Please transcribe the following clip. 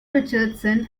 richardson